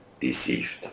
deceived